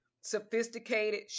sophisticated